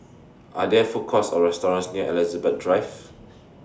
Are There Food Courts Or restaurants near Elizabeth Drive